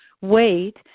wait